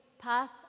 path